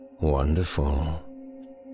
Wonderful